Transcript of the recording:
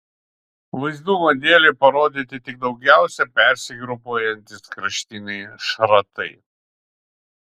vaizdumo dėlei parodyti tik daugiausiai persigrupuojantys kraštiniai šratai